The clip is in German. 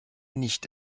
nicht